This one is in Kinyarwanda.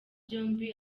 byombi